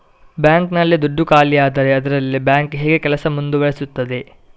Bank ನಲ್ಲಿ ದುಡ್ಡು ಖಾಲಿಯಾದರೆ ಅದರಲ್ಲಿ ಬ್ಯಾಂಕ್ ಹೇಗೆ ಕೆಲಸ ಮುಂದುವರಿಸುತ್ತದೆ?